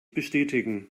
bestätigen